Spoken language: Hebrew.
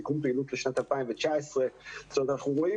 סיכום פעילות לשנת 2019. כלומר אנחנו רואים